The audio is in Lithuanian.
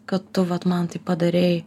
kad tu vat man taip padarei